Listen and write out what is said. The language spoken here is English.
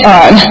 on